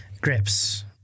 Grips